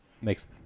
makes